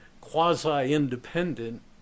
quasi-independent